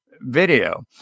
video